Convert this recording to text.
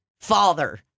father